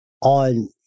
on